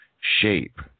shape